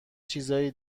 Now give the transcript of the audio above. چیزای